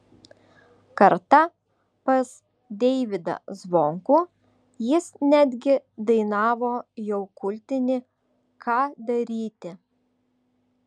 kartą pas deivydą zvonkų jis netgi dainavo jau kultinį ką daryti